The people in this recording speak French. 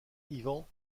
ivan